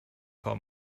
for